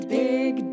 big